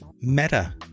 Meta